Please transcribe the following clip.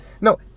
No